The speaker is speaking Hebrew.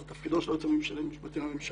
וזה תפקידו של היועץ המשפטי לממשלה,